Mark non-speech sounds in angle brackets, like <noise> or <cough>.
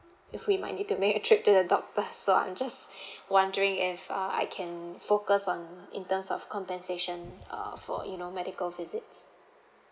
if we might need to make <laughs> a trip to the doctor so I'm just <breath> wondering if uh I can focus on in terms of compensation uh for you know medical visits